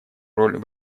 роль